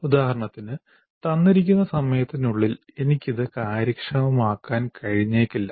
ഉദാഹരണത്തിന് തന്നിരിക്കുന്ന സമയത്തിനുള്ളിൽ എനിക്ക് ഇത് കാര്യക്ഷമമാക്കാൻ കഴിഞ്ഞേക്കില്ല